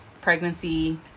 pregnancy